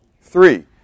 Three